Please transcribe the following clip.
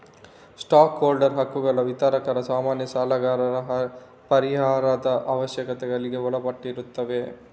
stock holder ಹಕ್ಕುಗಳು ವಿತರಕರ, ಸಾಮಾನ್ಯ ಸಾಲಗಾರರ ಪರಿಹಾರದ ಅವಶ್ಯಕತೆಗಳಿಗೆ ಒಳಪಟ್ಟಿರುತ್ತವೆ